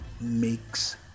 makes